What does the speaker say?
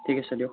ঠিক আছে দিয়ক